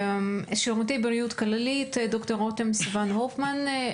שירותי בריאות כללית ד"ר רתם סיון הופמן,